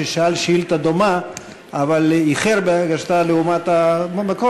ששאל שאילתה דומה אבל איחר בהגשתה במקור,